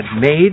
made